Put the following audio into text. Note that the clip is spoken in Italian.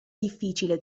difficile